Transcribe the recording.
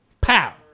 Pow